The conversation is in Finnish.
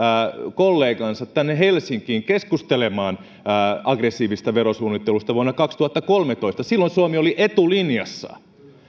kollegansa tänne helsinkiin keskustelemaan aggressiivisesta verosuunnittelusta vuonna kaksituhattakolmetoista silloin suomi oli etulinjassa